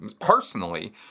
personally